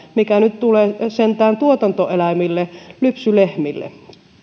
mikä nyt tulee sentään tuotantoeläimille lypsylehmille